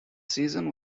season